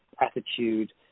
attitude